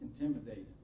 intimidated